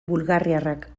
bulgariarrak